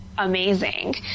Amazing